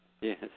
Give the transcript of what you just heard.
Yes